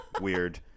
weird